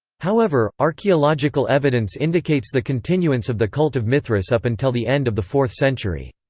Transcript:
however, archaeological evidence indicates the continuance of the cult of mithras up until the end of the fourth century.